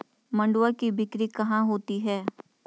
मंडुआ की बिक्री कहाँ होती है?